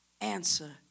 answer